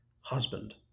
husband